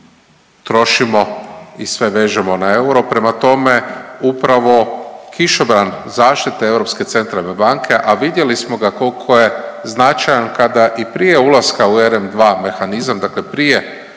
trošimo i sve vežemo na euro. Prema tome, upravo kišobran zaštite Europske centralne banke, a vidjeli smo koliko je značajan kada i prije ulaska u RM2 mehanizam, dakle prije